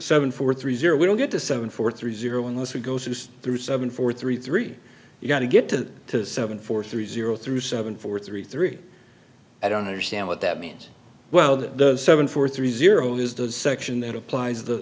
seven four three zero we don't get to seven four three zero unless we go through through seven four three three you've got to get to seven four three zero through seven four three three i don't understand what that means well the seven four three zero is the section that applies the the